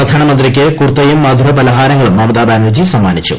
പ്രധാനമന്ത്രിക്ക് കുർത്തയും മധുര പലഹാരങ്ങളും മമതാബാനർജി സമ്മാനിച്ചു